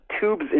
tubes